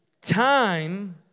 time